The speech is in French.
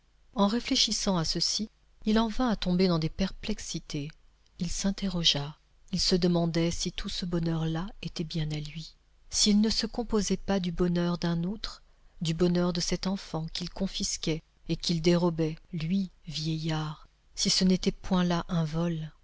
en réfléchissant à ceci il en vint à tomber dans des perplexités il s'interrogea il se demandait si tout ce bonheur-là était bien à lui s'il ne se composait pas du bonheur d'un autre du bonheur de cette enfant qu'il confisquait et qu'il dérobait lui vieillard si ce n'était point là un vol